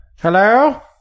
Hello